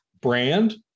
brand